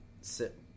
sit